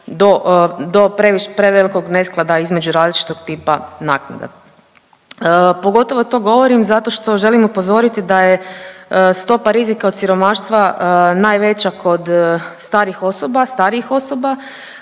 do prevelikog nesklada između različitog tipa naknada. Pogotovo to govorim zato što želim upozoriti da je stopa rizika od siromaštva najveća kod starih osoba, starijih osoba